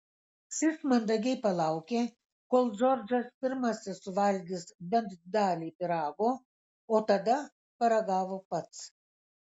šis mandagiai palaukė kol džordžas pirmasis suvalgys bent dalį pyrago o tada paragavo pats